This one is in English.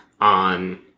on